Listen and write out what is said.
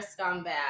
scumbag